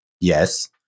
yes